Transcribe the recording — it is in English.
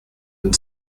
and